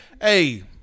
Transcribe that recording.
Hey